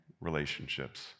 relationships